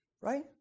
right